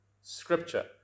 Scripture